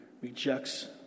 rejects